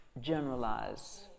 generalize